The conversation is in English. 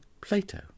Plato